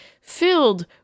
filled